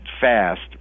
fast